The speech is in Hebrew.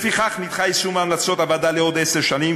לפיכך נדחה יישום המלצות הוועדה לעוד עשר שנים,